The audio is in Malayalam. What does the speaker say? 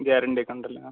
ഗ്യാരണ്ടി ഒക്കെ ഉണ്ടല്ലേ ആ